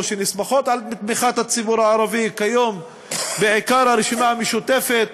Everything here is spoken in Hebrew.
שנסמכות על תמיכת הציבור הערבי כיום בעיקר הרשימה המשותפת,